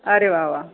अरे वा वा